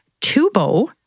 Tubo